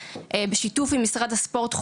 בשיתוף עם משרד הספורט,